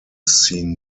seen